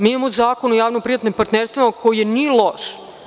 Mi imamo Zakon o javno privatnom partnerstvu koji nije loš.